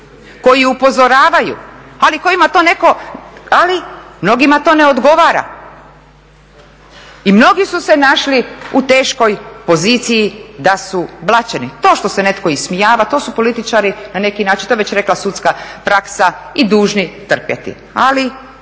koji upozoravaju ali kojima to netko, ali mnogima to ne odgovara i mnogi su se našli u teškoj poziciji da su blaćeni. To što se netko ismijava, to su političari na neki način, to je već rekla sudska praksa i dužni trpjeti. Ali